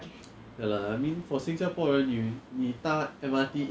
then 你可以省很多钱 but that's the point lah that's why